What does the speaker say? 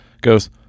goes